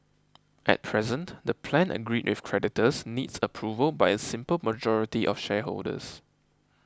at present the plan agreed with creditors needs approval by a simple majority of shareholders